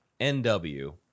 NW